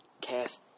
cast